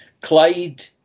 Clyde